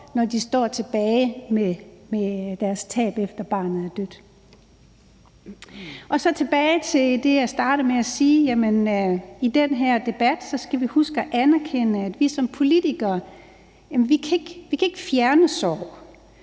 når de står tilbage med deres tab efter barnet er dødt. Jeg vil vende tilbage til det, jeg startede med at sige, at vi i den her debat skal huske at anerkende, at vi som politikere ikke kan fjerne sorg,